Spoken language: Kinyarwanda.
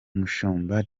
mushumba